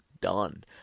done